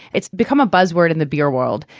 it's become a buzzword in the beer world,